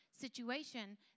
situation